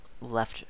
Left